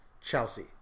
Chelsea